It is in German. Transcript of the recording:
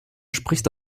spricht